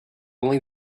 only